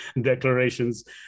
declarations